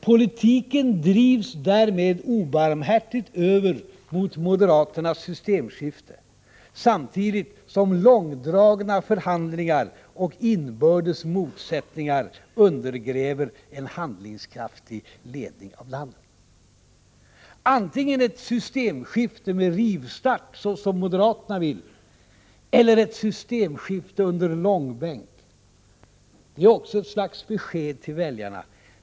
Politiken skulle därmed obarmhärtigt drivas över mot moderaternas systemskifte, samtidigt som långdragna förhandlingar och inbördes motsättningar skulle undergräva förutsättningarna för en handlingskraftig ledning av landet. Det gäller således antingen ett systemskifte med rivstart — som moderaterna vill ha — eller ett systemskifte under långbänk. Det är också ett slags besked till väljarna.